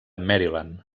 maryland